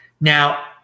Now